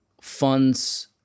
funds